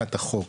מבחינת החוק,